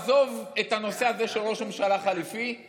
עזוב את הנושא הזה של ראש ממשלה חליפי,